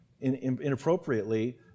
inappropriately